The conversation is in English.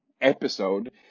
episode